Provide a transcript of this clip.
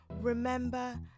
remember